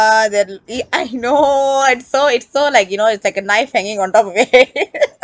that it~ I know I saw it saw like you know it's like a knife hanging on top of it